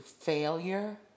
failure